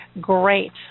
great